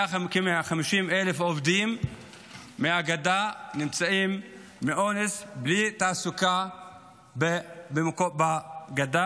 כ-150,000 עובדים מהגדה נמצאים מאונס בלי תעסוקה בגדה,